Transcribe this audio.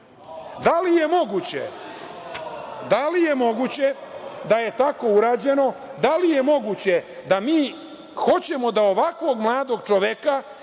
li je moguće da je tako urađeno? Da li je moguće da mi hoćemo da ovakvog mladog čoveka